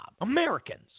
Americans